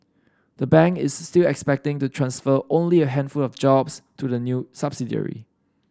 the bank is still expecting to transfer only a handful of jobs to the new subsidiary